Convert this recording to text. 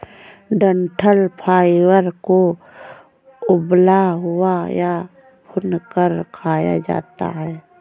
डंठल फाइबर को उबला हुआ या भूनकर खाया जाता है